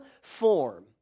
form